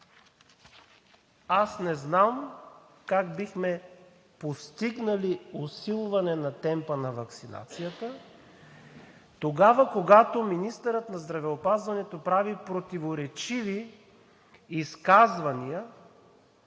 аз не знам как бихме постигнали усилване на темпа на ваксинацията тогава, когато министърът на здравеопазването прави противоречиви изказвания